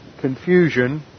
confusion